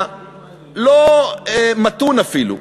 הלא-מתון אפילו,